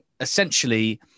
essentially